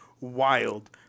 wild